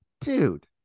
dude